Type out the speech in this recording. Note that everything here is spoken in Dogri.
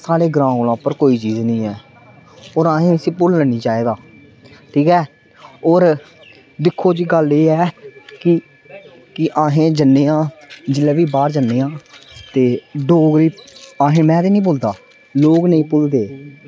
स्हाड़े ग्रां कौला उप्पर कोई चीज नी ऐ और अहें उसी भुल्लना नी चाइदा ठीक ऐ और दिक्खो जी गल्ल एह् ऐ कि कि अहें जन्ने आं जिल्ले बी बाहर जन्ने आं ते डोगरी अहें मैं ते नी भुल्लदा लोग नेई भुल्लदे